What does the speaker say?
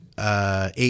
Eight